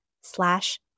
slash